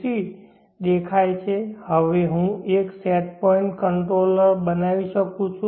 દેખાય છે હવે હું એક સેટ પોઇન્ટ કંટ્રોલર બનાવી શકું છું